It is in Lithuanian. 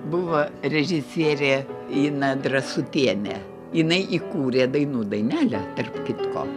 buvo režisierė ina drąsutienė jinai įkūrė dainų dainelę tarp kitko